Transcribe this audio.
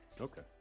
okay